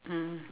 mm